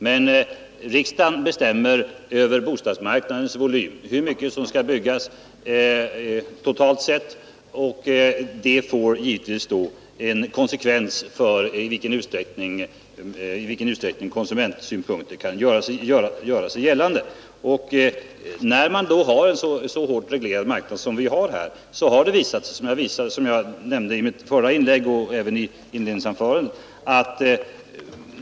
Men riksdagen bestämmer över bostadsbyggandets volym, alltså hur mycket som skall byggas totalt, och det inverkar bl.a. på i vilken utsträckning konsumentsynpunkterna kan göra sig gällande. När man har en så hårt reglerad marknad som fallet är, så blir det på det sätt som jag beskrev i mitt förra inlägg och även i mitt anförande.